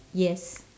yes